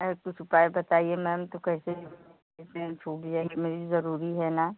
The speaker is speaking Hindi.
अरे कुछ उपाय बताइए मैम तो कैसे मेरी ट्रेन छूट जाएगी मेरी ज़रूरी है ना